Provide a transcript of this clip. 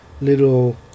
little